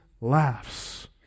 laughs